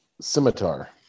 scimitar